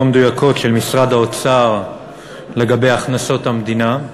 מדויקות של משרד האוצר לגבי הכנסות המדינה.